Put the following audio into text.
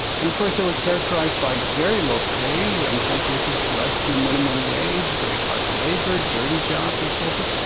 and of course they were characterised by very low pay, in and some cases less than minimum wage, very hard labour, dirty jobs and so forth,